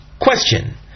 Question